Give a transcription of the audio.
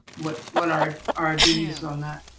what what are our ds on that?